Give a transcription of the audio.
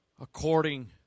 according